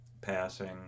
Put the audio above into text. passing